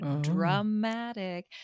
dramatic